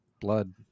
blood